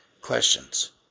questions